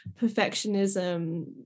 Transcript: perfectionism